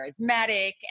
charismatic